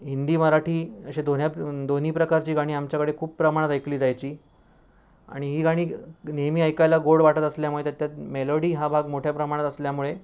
हिंदी मराठी असे दोन्हया प दोन्ही प्रकारची गाणी आमच्याकडे खूप प्रमाणात ऐकली जायची आणि ही गाणी नेहमी ऐकायला गोड वाटत असल्यामुळे त्यात त्यात मेलोडी हा भाग मोठ्या प्रमाणात असल्यामुळे